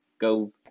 Go